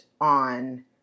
on